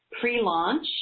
pre-launch